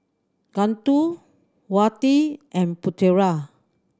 Guntur Wati and Putera